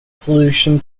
solution